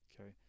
okay